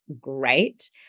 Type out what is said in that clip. great